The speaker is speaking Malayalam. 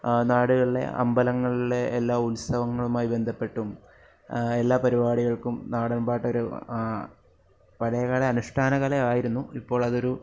നാടുകളിലെ അമ്പലങ്ങളിലെ എല്ലാ ഉത്സവങ്ങളുമായി ബന്ധപ്പെട്ടും എല്ലാ പരിപാടികൾക്കും നാടൻപാട്ട് ഒരു പഴയകാല അനുഷ്ഠാനകല ആയിരുന്നു ഇപ്പോൾ അതൊരു